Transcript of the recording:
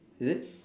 is it